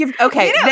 Okay